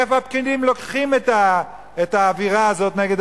מאיפה הפקידים לוקחים את האווירה הזאת נגד,